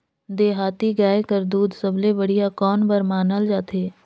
देहाती गाय कर दूध सबले बढ़िया कौन बर मानल जाथे?